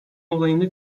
olayını